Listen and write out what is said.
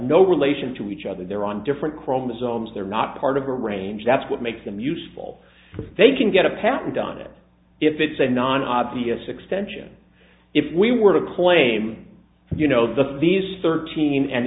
no relation to each other they're on different chromosomes they're not part of a range that's what makes them useful if they can get a patent done that if it's a non obvious extension if we were to claim you know these thirteen and